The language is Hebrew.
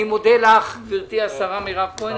מודה לך השרה מירב כהן,